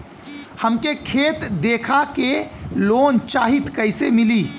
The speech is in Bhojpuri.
हमके खेत देखा के लोन चाहीत कईसे मिली?